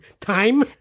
time